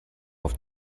auf